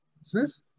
Smith